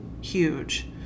huge